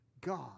God